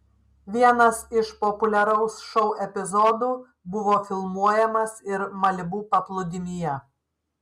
vienas iš populiaraus šou epizodų buvo filmuojamas ir malibu paplūdimyje